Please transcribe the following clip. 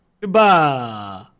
Goodbye